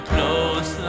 close